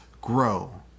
grow